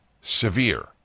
severe